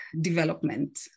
development